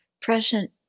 present